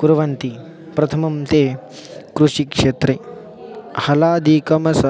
कुर्वन्ति प्रथमं ते कृषिक्षेत्रे हलादिकमस